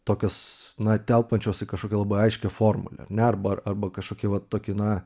tokios na telpančios į kažkokią labai aiškią formulę ar ne arba arba kažkokį va tokį na